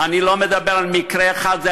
אני לא מדבר על מקרה אחד.